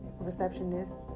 receptionist